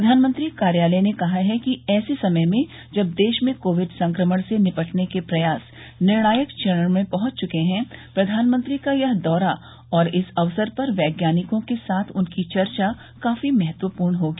प्रधानमंत्री कार्यालय ने कहा है कि ऐसे समय में जब देश में कोविड संक्रमण से निपटने के प्रयास निर्णायक चरण में पहुंच चुके हैं प्रधानमंत्री का यह दौरा और इस अवसर पर वैज्ञानिकों के साथ उनकी चर्चा काफी महत्वपूर्ण होगी